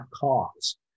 cause